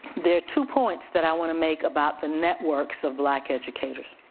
there are two points that i wanna make about the networks of black educators.